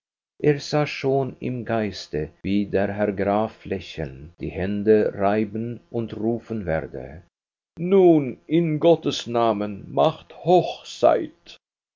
er sah schon im geiste wie der herr graf lächeln die hände reiben und rufen werde nun in gotts namen macht hochzeit